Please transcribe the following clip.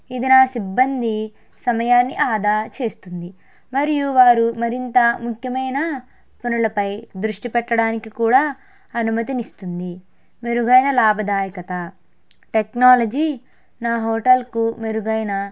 ఇది నా సిబ్బంది సమయాన్ని ఆదా చేస్తుంది మరియు వారు మరింత ముఖ్యమైన పనులపై దృష్టి పెట్టడానికి కూడా అనుమతినిస్తుంది మెరుగైన లాభదాయకత టెక్నాలజీ నా హోటల్కు మెరుగైన